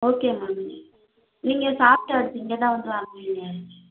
okay ma'am நீங்கள் சாப்பிட்டு அடுத்து இங்கே தான் வந்து வாங்குவீங்க